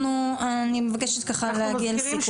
אני מבקשת ככה להגיע לסיכום.